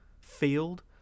field